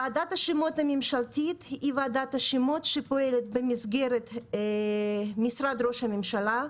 ועדת השמות הממשלתית היא ועדת השמות שפועלת במסגרת משרד ראש הממשלה,